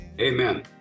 Amen